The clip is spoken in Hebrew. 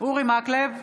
אורי מקלב,